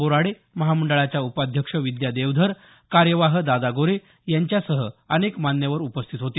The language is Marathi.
बोराडे महामंडळाच्या उपाध्यक्ष विद्या देवधर कार्यवाह दादा गोरे यांच्यासह अनेक मान्यवर उपस्थित होते